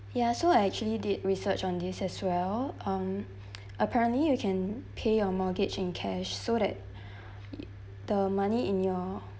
ya so I actually did research on this as well um apparently you can pay your mortgage in cash so that the money in your